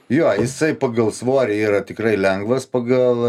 jo jisai pagal svorį yra tikrai lengvas pagal